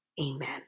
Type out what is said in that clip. amen